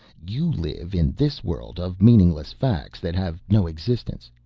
you live in this world of meaningless facts that have no existence.